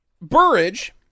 Burridge